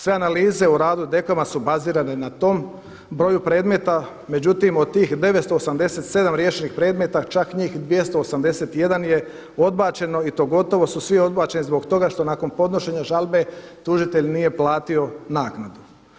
Sve analize u radu DKOM-a su bazirane na tom broju predmeta, međutim od tih 987 riješenih predmeta čak njih 281 je odbačeno i to gotovo su svi odbačeni zbog toga što nakon podnošenja žalbe tužitelj nije platio naknadu.